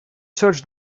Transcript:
search